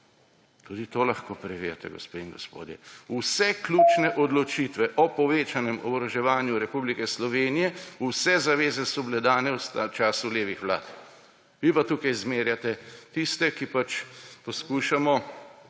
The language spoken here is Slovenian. Tudi to lahko preverite, gospe in gospodje. Vse ključne odločitve o povečanem oboroževanju Republike Slovenije, vse zaveze so bile dane v času levih vlad. Vi pa tukaj zmerjate tiste, ki pač poskušamo